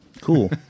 cool